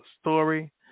story